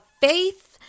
faith